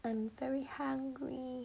I'm very hungry